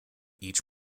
each